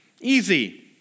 easy